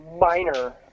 minor